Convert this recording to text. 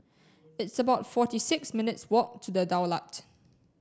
it's about forty six minutes walk to The Daulat